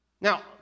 Now